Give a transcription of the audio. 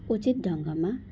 उचित ढङ्गमा